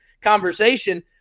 conversation